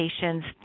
patients